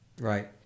Right